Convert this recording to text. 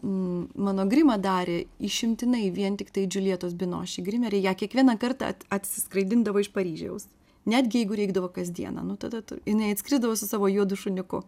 mano grimą darė išimtinai vien tiktai džiuljetos binoši grimeriai ją kiekvieną kartą atskraidindavo iš paryžiaus netgi jeigu reikdavo kasdieną nu tada ta jinai atskrido savo juodu šuniuku